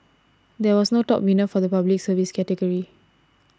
there was no top winner for the Public Service category